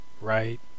right